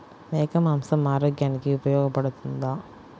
మేక మాంసం ఆరోగ్యానికి ఉపయోగపడుతుందా?